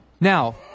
Now